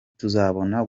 tuzabone